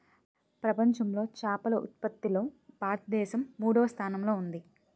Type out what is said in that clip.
ప్రపంచంలో చేపల ఉత్పత్తిలో భారతదేశం మూడవ స్థానంలో ఉంది